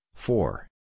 Four